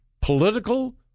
political